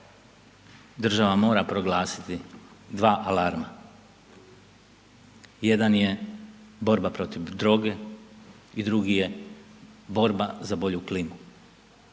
Država mora proglasiti dva alarma. Jedan je borba protiv droge i drugi je borba za bolju klimu.